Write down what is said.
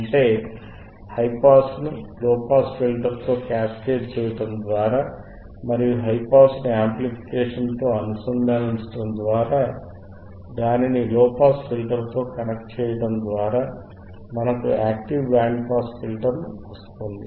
అంటే హై పాస్ను low pass filter తో క్యాస్కేడ్ చేయడం ద్వారా మరియు హై పాస్ను యాంప్లిఫికేషన్తో అనుసంధానించడం ద్వారా దానిని లోపాస్ ఫిల్టర్ తో కనెక్ట్ చేయడం ద్వారా మనకు యాక్టివ్ బ్యాండ్ పాస్ ఫిల్టర్ను వస్తుంది